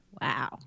Wow